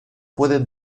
pueden